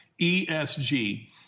ESG